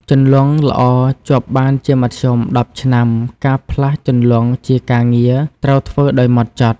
ជន្លង់ល្អជាប់បានជាមធ្យម ១០ ឆ្នាំ ការផ្លាស់ជន្លង់ជាការងារត្រូវធ្វើដោយហ្មត់ចត់។